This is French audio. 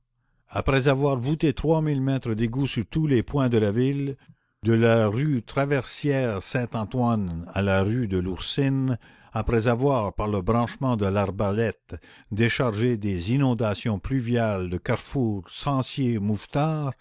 après avoir voûté trois mille mètres d'égouts sur tous les points de la ville de la rue traversière saint antoine à la rue de lourcine après avoir par le branchement de l'arbalète déchargé des inondations pluviales le carrefour